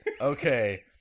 Okay